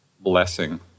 blessing